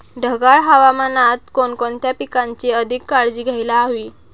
ढगाळ हवामानात कोणकोणत्या पिकांची अधिक काळजी घ्यायला हवी?